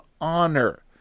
honor